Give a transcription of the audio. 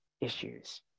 issues